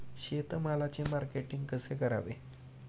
शेतमालाचे मार्केटिंग कसे करावे?